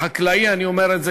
כחקלאי אני אומר את זה,